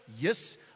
yes